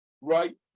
right